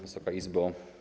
Wysoka Izbo!